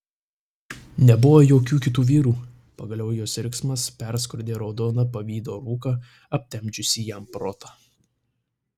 nebuvo jokių kitų vyrų pagaliau jos riksmas perskrodė raudoną pavydo rūką aptemdžiusį jam protą